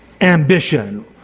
ambition